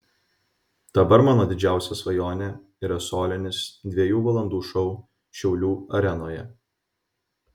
dabar mano didžiausia svajonė yra solinis dviejų valandų šou šiaulių arenoje